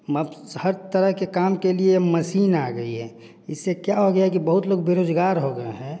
हर तरह के काम के लिए मशीन आ गई है इससे क्या हो गया है कि बहुत लोग बेरोजगार हो गए हैं